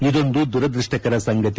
ಇದೊಂದು ದುರದೃಷ್ಟಕರ ಸಂಗತಿ